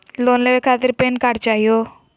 Loan लेवे खातीर PAN card चाहियो?